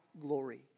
glory